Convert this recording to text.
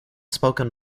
spoken